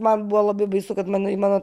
man buvo labai baisu kad mano į mano